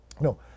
No